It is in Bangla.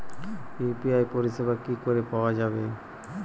ইউ.পি.আই পরিষেবা কি করে পাওয়া যাবে?